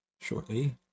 Shortly